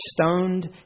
stoned